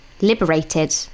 liberated